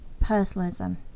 personalism